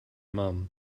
mum